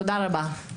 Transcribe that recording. תודה רבה.